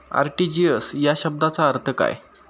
RTGS या शब्दाचा अर्थ काय?